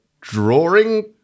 drawing